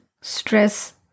stress